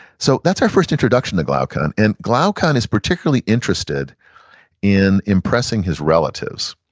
so that's our first introduction to glaucon, and glaucon is particularly interested in impressing his relatives.